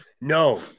no